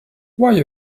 why